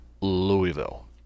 louisville